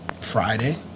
Friday